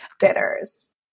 bitters